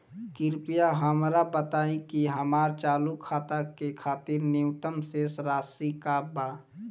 कृपया हमरा बताइ कि हमार चालू खाता के खातिर न्यूनतम शेष राशि का बा